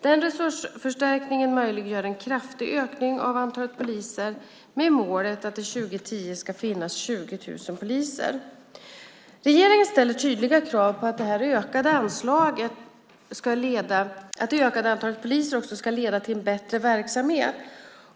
Den resursförstärkningen möjliggör en kraftig ökning av antalet poliser med målet att det 2010 ska finnas 20 000 poliser. Regeringen ställer tydliga krav på att det ökade antalet poliser ska leda till en bättre verksamhet.